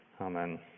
Amen